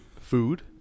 Food